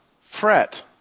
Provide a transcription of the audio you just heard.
fret